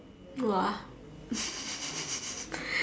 !wah!